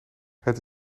het